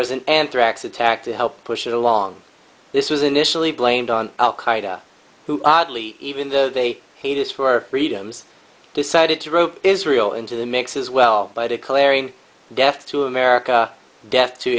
was an anthrax attack to help push it along this was initially blamed on al qaeda who oddly even though they hate us for our freedoms decided to throw israel into the mix as well by declaring death to america death to